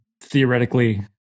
theoretically